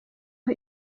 aho